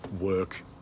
work